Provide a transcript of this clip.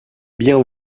bien